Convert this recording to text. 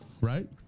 right